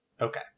Okay